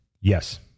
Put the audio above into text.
yes